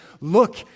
Look